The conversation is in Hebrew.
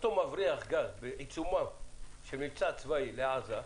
אותו מבריח גז בעיצומו של מבצע צבאי בעזה,